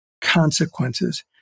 consequences